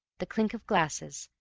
the clink of glasses,